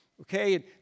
okay